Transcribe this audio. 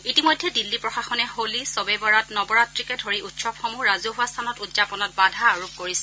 ইতিমধ্যে দিল্লী প্ৰশাসনে হোলী শ্বব এ বৰাত নৱ ৰাত্ৰিকে ধৰি উৎসৱসমূহ ৰাজহুৱা স্থানত উদযাপনত বাধা আৰোপ কৰিছে